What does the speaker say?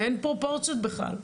זה אין פרופורציות בכלל.